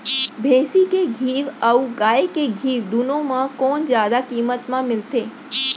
भैंसी के घीव अऊ गाय के घीव दूनो म कोन जादा किम्मत म मिलथे?